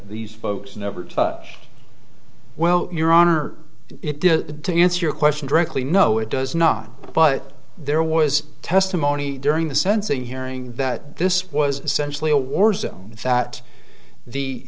these folks never touch well your honor it is to answer your question directly no it does not but there was testimony during the sensing hearing that this was essentially a war zone that the